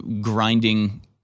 grinding